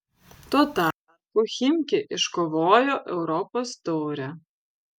tuo tarpu chimki iškovojo europos taurę